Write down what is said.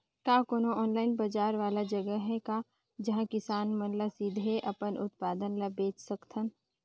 का कोनो ऑनलाइन बाजार वाला जगह हे का जहां किसान मन ल सीधे अपन उत्पाद ल बेच सकथन?